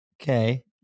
Okay